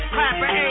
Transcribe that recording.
Clapper